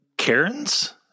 Karen's